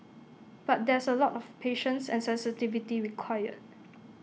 but there's A lot of patience and sensitivity required